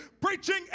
preaching